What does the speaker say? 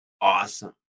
awesome